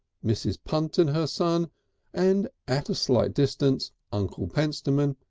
mrs. punt and her son and at a slight distance uncle pentstemon,